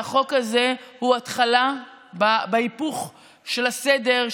והחוק הזה הוא התחלה בהיפוך של הסדר,